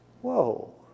Whoa